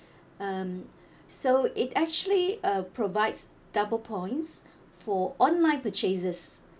um so it actually uh provides double points for online purchases